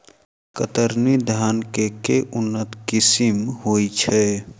कतरनी धान केँ के उन्नत किसिम होइ छैय?